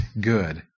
good